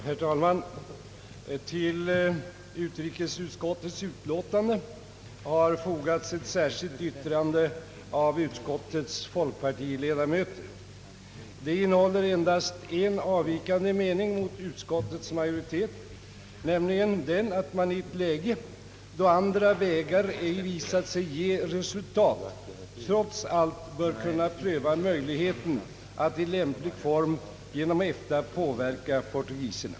Herr talman! Till utrikesutskottets utlåtande har fogats ett särskilt yttrande av utskottets folkpartiledamöter. Det innehåller endast en avvikande mening gentemot utskottsutlåtandet, nämligen den, att man i ett läge då andra vägar ej visat sig ge resultat trots allt bör kunna pröva att i lämplig form genom EFTA påverka portugiserna.